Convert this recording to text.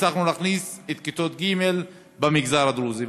הצלחנו להכניס את כיתות ג' במגזר הדרוזי.